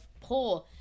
poor